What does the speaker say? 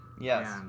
yes